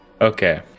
Okay